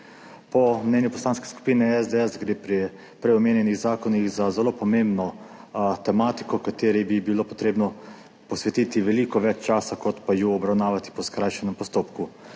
Po mnenju Poslanske skupine SDS gre pri prej omenjenih zakonih za zelo pomembno tematiko, kateri bi bilo potrebno posvetiti veliko več časa, kot pa jo obravnavati po skrajšanem postopku.